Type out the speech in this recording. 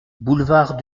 boulevard